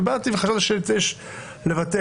ובאתי וחשבתי שיש לבטל,